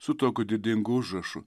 su tokiu didingu užrašu